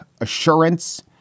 assurance